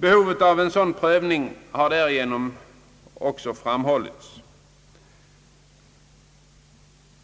Behovet av en sådan prövning har ju genom detta uttalande av utskottet klart framhållits.